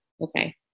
okay